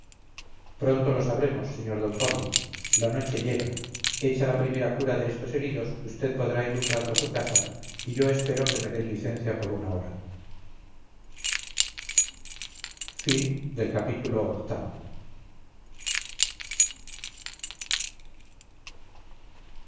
pronto lo sabremos sr d pablo la noche llega hecha la primera cura de estos heridos usted podrá ir un rato a su casa y yo espero que me den licencia por una hora